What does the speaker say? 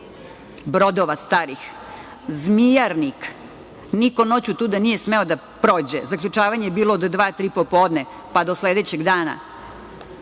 brodova starih, zmijarnik. Niko noću tuda nije smeo da prođe, zaključivanje je bilo do dva, tri popodne, pa do sledećeg dana.